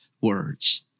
words